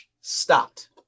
stopped